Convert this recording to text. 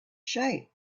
shape